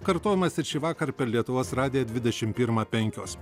kartojamas ir šįvakar per lietuvos radiją dvidešimt pirmą penkios